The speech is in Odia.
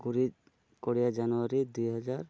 କୋଡ଼ିଏ କୋଡ଼ିଏ ଜାନୁଆରୀ ଦୁଇହଜାର